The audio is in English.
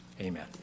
amen